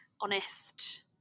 honest